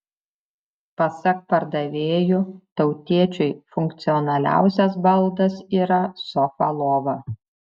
pasak pardavėjų tautiečiui funkcionaliausias baldas yra sofa lova